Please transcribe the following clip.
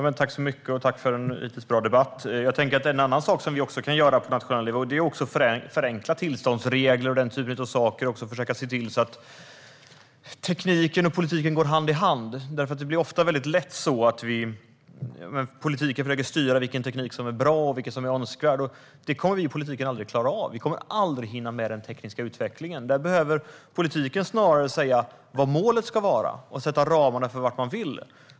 Herr talman! Tack, näringsministern, för en hittills bra debatt! En annan sak som vi kan göra på nationell nivå är att förenkla tillståndsregler och den typen av saker och också försöka se till att tekniken och politiken går hand i hand. Det blir lätt så att politiken försöker styra vilken teknik som är bra eller önskvärd, men det kommer vi i politiken aldrig att klara av. Vi kommer aldrig att hinna med den tekniska utvecklingen. Politiken ska snarare säga vad målet ska vara och sätta ramarna för vart man vill.